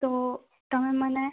તો તમે મને